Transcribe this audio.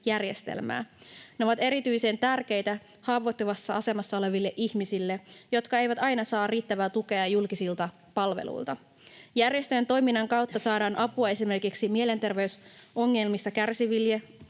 Ne ovat erityisen tärkeitä haavoittuvassa asemassa oleville ihmisille, jotka eivät aina saa riittävää tukea julkisilta palveluilta. Järjestöjen toiminnan kautta saadaan apua esimerkiksi mielenterveysongelmista kärsiville,